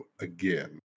again